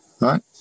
Right